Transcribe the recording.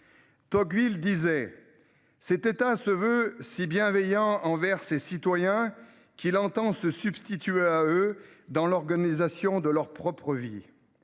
exemple :« Cet État se veut si bienveillant envers ses citoyens qu’il entend se substituer à eux dans l’organisation de leur propre vie.